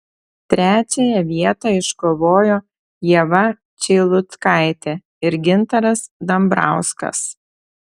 trečiąją vietą iškovojo ieva čeilutkaitė ir gintaras dambrauskas